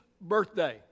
birthday